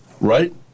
right